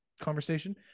conversation